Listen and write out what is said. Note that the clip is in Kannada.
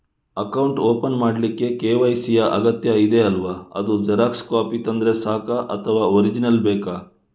ಅಕೌಂಟ್ ಓಪನ್ ಮಾಡ್ಲಿಕ್ಕೆ ಕೆ.ವೈ.ಸಿ ಯಾ ಅಗತ್ಯ ಇದೆ ಅಲ್ವ ಅದು ಜೆರಾಕ್ಸ್ ಕಾಪಿ ತಂದ್ರೆ ಸಾಕ ಅಥವಾ ಒರಿಜಿನಲ್ ಬೇಕಾ?